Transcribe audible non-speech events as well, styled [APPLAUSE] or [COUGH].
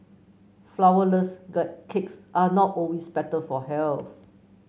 flourless [UNINTELLIGIBLE] cakes are not always better for health